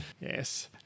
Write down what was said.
Yes